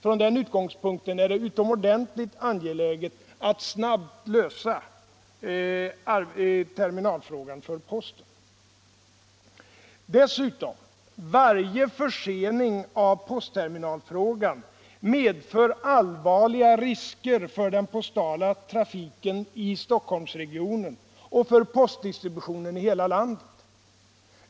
Från den utgångspunkten är det utomordentligt angeläget att snabbt lösa terminalfrågan för posten. Varje försening av postterminalfrågan medför dessutom allvarliga risker för den postala trafiken i Stockholmsregionen och för postdistributionen i hela landet.